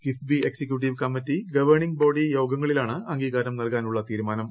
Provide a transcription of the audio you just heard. KIIFB executive committee governing body യോഗങ്ങളിലാണ് അംഗീകാരം നൽകാനുള്ള തീരുമാനം